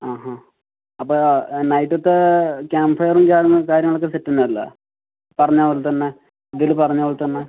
ആ ആ അപ്പോൾ ആ നൈറ്റത്തെ ക്യാമ്പ് ഫയറും കാര്യങ്ങളൊക്കെ സെറ്റ് തന്നെയല്ലേ പറഞ്ഞപോലെതന്നെ ഇതിൽ പറഞ്ഞപോലെതന്നെ